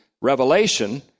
revelation